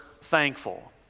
thankful